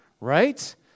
Right